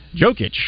Jokic